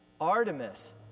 Artemis